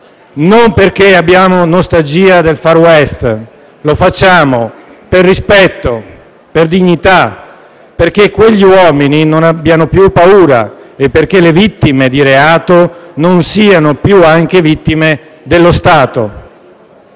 non perché abbiamo nostalgia del *far west*. Lo facciamo per rispetto, per dignità e perché quegli uomini non abbiano più paura e le vittime di reato non siano più anche vittime dello Stato.